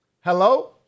Hello